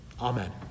Amen